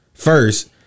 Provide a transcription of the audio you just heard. first